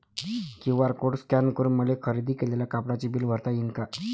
QR code scan करून मले खरेदी केलेल्या कापडाचे बिल भरता यीन का?